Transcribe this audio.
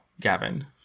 gavin